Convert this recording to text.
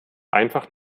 einfach